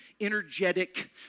energetic